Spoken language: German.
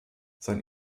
sein